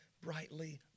brightly